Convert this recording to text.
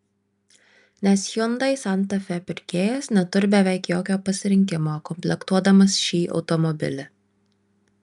nes hyundai santa fe pirkėjas neturi beveik jokio pasirinkimo komplektuodamas šį automobilį